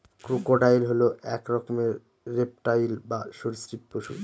crocodile হল এক রকমের রেপ্টাইল বা সরীসৃপ পশু